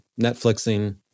Netflixing